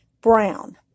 Brown